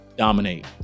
dominate